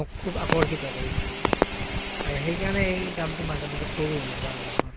মোক খুব আকৰ্ষিত কৰিছিল আৰু সেইকাৰণে এই কামটো মাজে মাজে কৰো নকৰা নহয়